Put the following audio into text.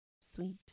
sweet